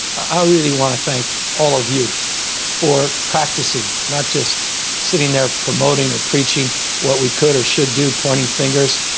i really want to thank all of you for practicing, not just sitting there promoting or preaching what we could or should do, pointing fingers.